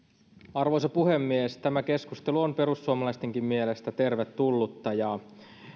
arvoisa puhemies tämä keskustelu on perussuomalaistenkin mielestä tervetullutta